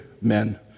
men